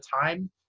time